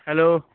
hello